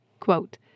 Quote